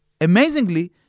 amazingly